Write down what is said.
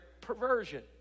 perversion